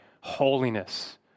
holiness